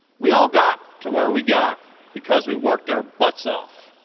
we all got to where we got because we worked our butts off,